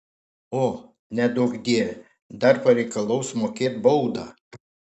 o neduokdie dar pareikalaus mokėt baudą